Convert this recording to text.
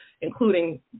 including